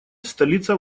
столица